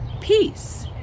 Peace